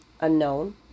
unknown